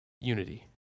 unity